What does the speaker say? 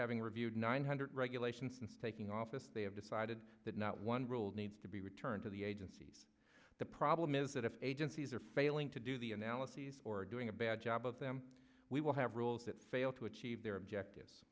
having reviewed nine hundred regulations since taking office they have decided that not one rule needs to be returned to the agencies the problem is that if agencies are failing to do the analyses or doing a bad job of them we will have rules that fail to achieve their objectives